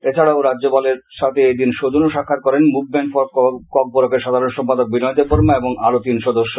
তাছাড়াও রাজ্যপালের সাথে এদিন সৌজন্য সাক্ষাৎ করেন মুভমেন্ট ফর ককবরক এর সাধারণ সম্পাদক বিনয় দেববর্মা এবং আরো তিন সদস্য